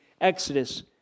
Exodus